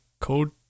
code